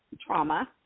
trauma